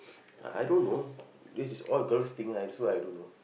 I don't know this is all girls thing ah so I don't know